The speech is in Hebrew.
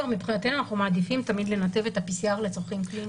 מבחינתנו אנחנו מעדיפים תמיד לנתב את ה-PCR לצרכים קליניים,